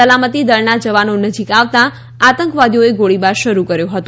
સલામતી દળના જવાનો નજીક આવતા આતંકવાદીઓએ ગોળીબાર શરૂ કર્યો હતો